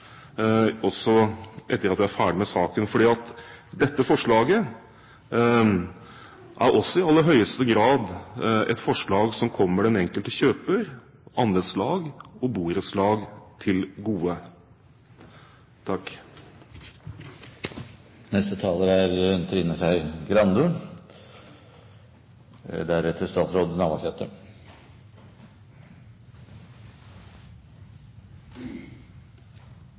også etter at vi er ferdige med saken. For dette forslaget er også i aller høyeste grad et forslag som kommer den enkelte kjøper og andelslag og borettslag til gode.